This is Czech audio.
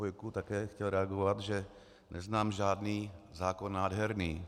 Chvojku také chtěl reagovat, že neznám žádný zákon nádherný.